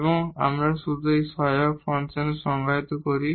এবং আমরা শুধু একটি সহায়ক ফাংশনে সংজ্ঞায়িত করি